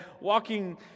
walking